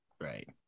Right